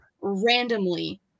randomly